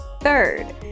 Third